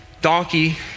donkey